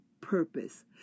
purpose